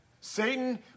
Satan